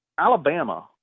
Alabama